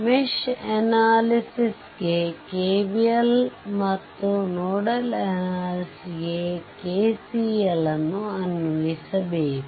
mesh analysis ಗೆ KVL ಮತ್ತು nodal analysis ಗೆ KCL ಅನ್ವಯಿಸಬೇಕು